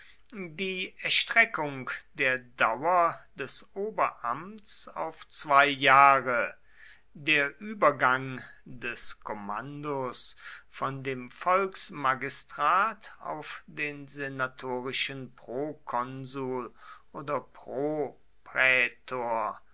die erstreckung der dauer des oberamts auf zwei jahre der übergang des kommandos von dem volksmagistrat auf den senatorischen prokonsul oder